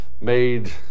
made